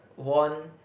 worn